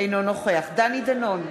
אינו נוכח דני דנון,